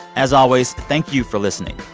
as always, thank you for listening,